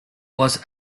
was